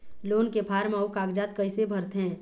Loan के form अऊ कागजात कइसे भरथें?